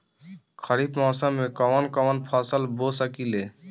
खरिफ मौसम में कवन कवन फसल बो सकि ले?